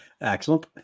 excellent